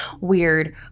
weird